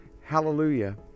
hallelujah